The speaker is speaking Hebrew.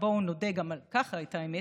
ובואו נודה גם על כך באמת,